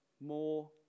more